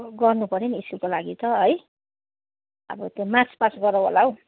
अब गर्नु पऱ्यो नि है स्कुलको लागि त है अब त मार्च पास्ट गरौँ होला हो